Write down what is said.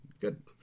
Good